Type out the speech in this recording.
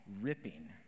ripping